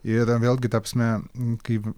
ir vėlgi ta prasme kaip